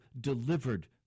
delivered